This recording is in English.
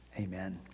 amen